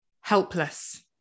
helpless